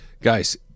Guys